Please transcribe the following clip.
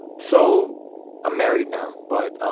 so i'm married now but